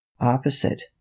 Opposite